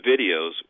videos